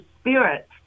spirit